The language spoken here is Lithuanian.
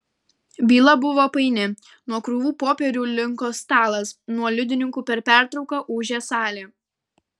byla buvo paini nuo krūvų popierių linko stalas nuo liudininkų per pertrauką ūžė salė